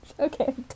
Okay